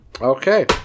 Okay